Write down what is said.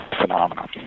phenomenon